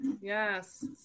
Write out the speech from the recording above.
Yes